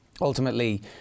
ultimately